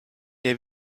der